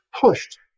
pushed